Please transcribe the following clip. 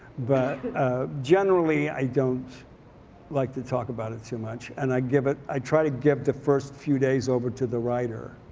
but generally i don't like to talk about it too much. and i give it i try to give the first few days over to the writer